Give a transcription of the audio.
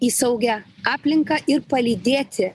į saugią aplinką ir palydėti